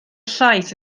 llaeth